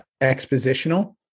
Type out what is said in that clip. expositional